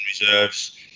reserves